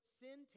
sin